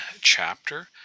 chapter